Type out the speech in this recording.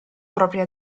propria